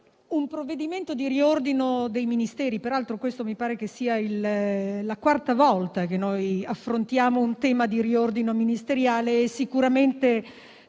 un provvedimento di riordino dei Ministeri (peraltro, mi pare che questa sia la quarta volta che affrontiamo un tema di riordino ministeriale) è sicuramente